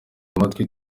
amatwi